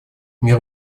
мир